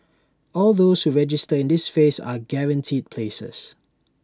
all those who register in this phase are guaranteed places